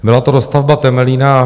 Byla to dostavba Temelína.